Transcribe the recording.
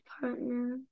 partner